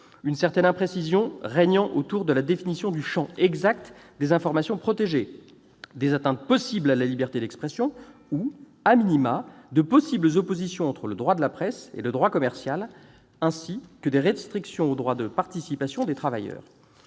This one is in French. une certaine imprécision s'agissant de la définition du champ exact des informations protégées, des atteintes possibles à la liberté d'expression ou,, de possibles oppositions entre le droit de la presse et le droit commercial, ainsi que des restrictions au droit de participation des travailleurs.